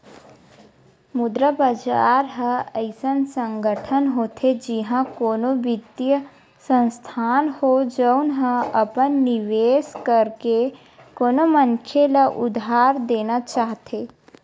मुद्रा बजार ह अइसन संगठन होथे जिहाँ कोनो बित्तीय संस्थान हो, जउन ह अपन निवेस करके कोनो मनखे ल उधार देना चाहथे